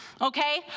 Okay